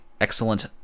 excellent